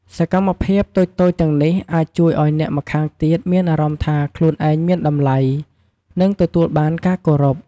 សកម្មភាពតូចៗទាំងនេះអាចជួយឱ្យអ្នកម្ខាងទៀតមានអារម្មណ៍ថាខ្លួនឯងមានតម្លៃ និងទទួលបានការគោរព។